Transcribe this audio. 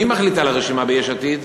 מי מחליט על הרשימה ביש עתיד?